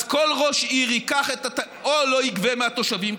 אז כל ראש עיר לא ייקח או לא יגבה מהתושבים,